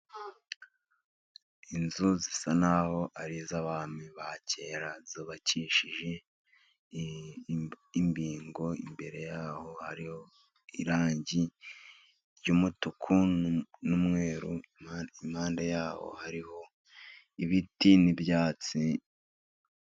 Inzu zisa n'aho ari iz'abami ba kera, zubakishije imbingo, imbere yaho hariho irangi ry'umutuku n'umweru, impande yaho hariho ibiti n'ibyatsi.